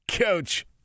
Coach